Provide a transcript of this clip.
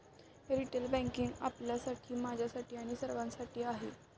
retail banking आपल्यासाठी, माझ्यासाठी आणि सर्वांसाठी आहे